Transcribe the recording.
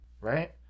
right